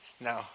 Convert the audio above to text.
No